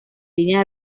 línea